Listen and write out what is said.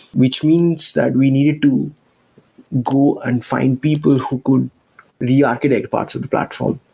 which means that we needed to go and find people who could re-architect parts of the platform.